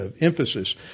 emphasis